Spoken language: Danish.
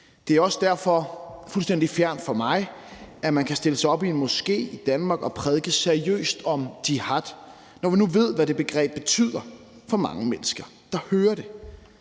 Det er derfor også fuldstændig fjernt for mig, at man kan stille sig op i en moské i Danmark og prædike seriøst om jihad, når man nu ved, hvad det begreb betyder for mange mennesker, der hører det.